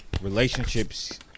Relationships